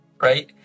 right